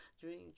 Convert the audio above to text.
dream